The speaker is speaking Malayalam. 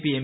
P M